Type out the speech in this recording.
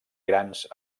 grans